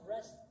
rest